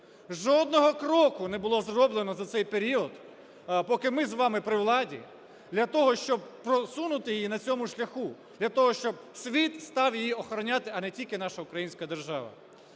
Жодного кроку не було зроблено за цей період поки ми з вами при владі для того, щоб "просунути" її на цьому шляху, для того, щоб світ став її охороняти, а не тільки наша українська держава.